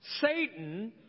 Satan